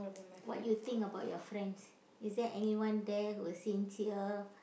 what you think about your friends is there anyone there who sincere